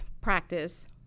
practice